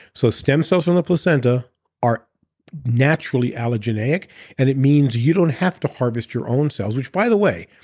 so, stem cells from the placenta are naturally allergenic and it means you don't have to harvest your own cells which by the way,